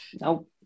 No